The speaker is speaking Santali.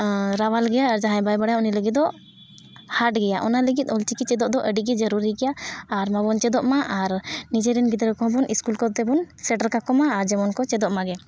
ᱨᱟᱣᱟᱞ ᱜᱮᱭᱟ ᱡᱟᱦᱟᱸᱭ ᱵᱟᱭ ᱵᱟᱲᱟᱭᱟ ᱩᱱᱤ ᱞᱟᱹᱜᱤᱫ ᱫᱚ ᱦᱟᱨᱰ ᱜᱮᱭᱟ ᱚᱱᱟ ᱞᱟᱹᱜᱤᱫ ᱚᱞ ᱪᱤᱠᱤ ᱪᱮᱫᱚᱜ ᱫᱚ ᱟᱹᱰᱤᱜᱮ ᱡᱟᱹᱨᱩᱨᱤ ᱜᱮᱭᱟ ᱟᱨ ᱞᱚᱜᱚᱱ ᱪᱮᱫᱚᱜ ᱢᱟ ᱟᱨ ᱱᱤᱡᱮᱨᱮᱱ ᱜᱤᱫᱽᱨᱟᱹ ᱦᱚᱸ ᱥᱠᱩᱞ ᱠᱚᱛᱮ ᱵᱚᱱ ᱥᱮᱴᱮᱨ ᱠᱟᱠᱚᱣᱟ ᱡᱮᱢᱚᱱ ᱠᱚ ᱪᱮᱫᱚᱜ ᱢᱟᱜᱮ